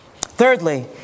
Thirdly